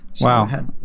wow